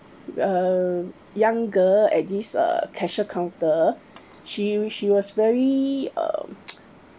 uh young girl at this uh cashier counter she she was very uh